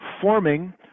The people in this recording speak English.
forming